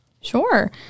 Sure